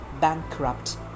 bankrupt